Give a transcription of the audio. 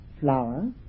flower